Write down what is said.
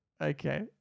Okay